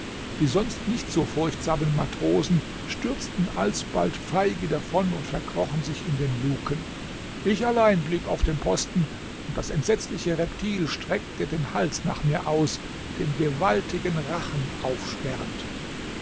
die sonst nicht so furchtsamen matrosen stürzten alsbald feige davon und verkrochen sich in den lucken ich allein blieb auf dem posten und das entsetzliche reptil streckte den hals nach mir aus den gewaltigen rachen aufsperrend